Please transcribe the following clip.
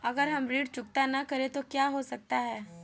अगर हम ऋण चुकता न करें तो क्या हो सकता है?